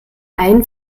ein